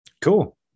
Cool